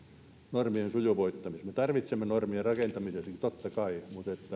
normien sujuvoittamiseksi me tarvitsemme normeja rakentamiseenkin totta kai